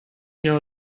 know